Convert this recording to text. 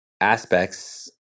aspects